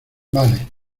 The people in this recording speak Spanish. vale